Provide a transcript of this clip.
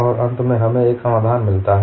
और अंत में हमें एक समाधान मिलता है